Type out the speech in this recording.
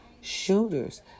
shooters